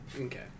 Okay